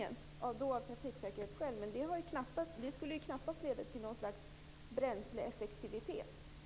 Det skulle göras av trafiksäkerhetsskäl, men det skulle knappast leda till något slags bränseleffektivitet.